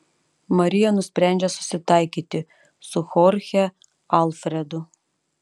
marija nusprendžia susitaikyti su chorche alfredu